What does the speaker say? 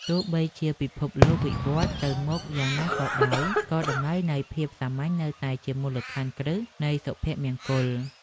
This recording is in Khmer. ទោះបីជាពិភពលោកវិវត្តទៅមុខយ៉ាងណាក៏ដោយ ក៏តម្លៃនៃភាពសាមញ្ញនៅតែជាមូលដ្ឋានគ្រឹះនៃសុភមង្គល។